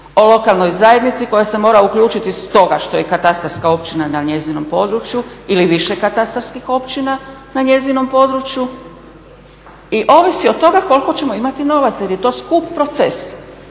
o lokalnoj zajednici koja se mora uključiti stoga što je katastarska općina na njezinom području ili više katastarskih općina na njezinom području i ovisi od toga koliko ćemo imati novaca jer je to skup proces.